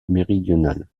méridionale